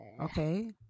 Okay